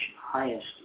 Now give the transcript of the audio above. highest